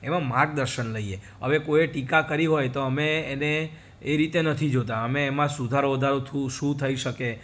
એમાં માર્ગદર્શન લઈએ હવે કોઈએ ટીકા કરી હોય તો અમે એને એ રીતે નથી જોતાં અમે એમાં સુધારો વધારો શું થઈ શકે